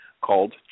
called